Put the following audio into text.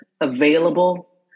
available